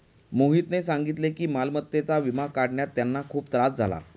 मोहितने सांगितले की मालमत्तेचा विमा काढण्यात त्यांना खूप त्रास झाला